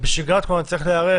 ובשגרת קורונה צריך להיערך.